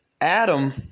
Adam